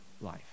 life